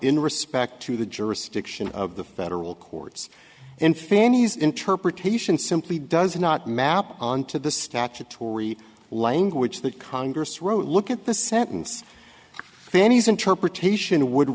in respect to the jurisdiction of the federal courts and fanny's interpretation simply does not map on to the statutory language that congress wrote look at the sentence fanny's interpretation would